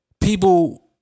people